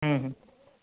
হুম হুম